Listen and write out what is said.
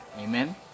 amen